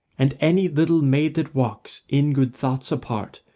and any little maid that walks in good thoughts apart,